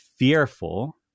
Fearful